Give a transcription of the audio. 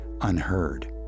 unheard